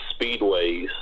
Speedways